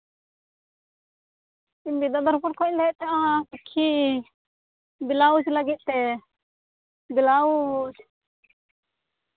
ᱤᱧ ᱵᱤᱫᱽᱫᱟᱫᱷᱚᱨᱯᱩᱨ ᱠᱷᱚᱡ ᱤᱧ ᱞᱟᱹᱭᱮᱫ ᱛᱟᱦᱮᱸᱱᱟ ᱠᱩᱠᱷᱤ ᱵᱞᱟᱣᱩᱡ ᱞᱟᱹᱜᱤᱫ ᱛᱮ ᱵᱞᱟᱣᱩᱡ